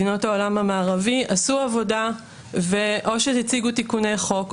מדינות העולם המערבי עשו עבודה ו/או שהציגו תיקוני חוק,